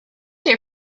your